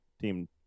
team